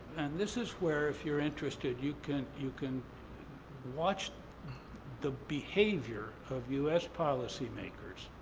and this is where, if you're interested, you can you can watch the behavior of u s. policymakers